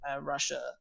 Russia